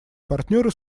партнеры